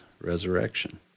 resurrection